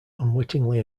unwittingly